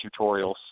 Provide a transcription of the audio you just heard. tutorials